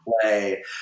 play